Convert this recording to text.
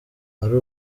ari